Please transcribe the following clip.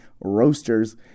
Roasters